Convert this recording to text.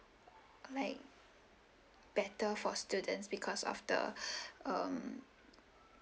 like better for students because after um